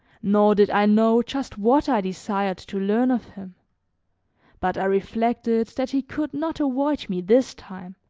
nor did i know just what i desired to learn of him but i reflected that he could not avoid me this time,